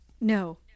No